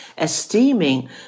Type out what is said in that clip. esteeming